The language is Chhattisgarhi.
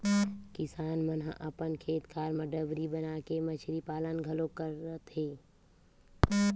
किसान मन ह अपन खेत खार म डबरी बनाके मछरी पालन घलोक करत हे